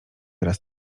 tego